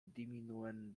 diminuen